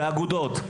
באגודות.